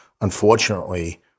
Unfortunately